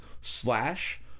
Slash